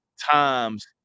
times